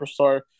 superstar